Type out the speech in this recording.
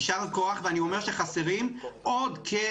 יישר כוח ואני אומר שחסרים עוד כ-300,000 מחשבים.